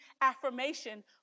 affirmation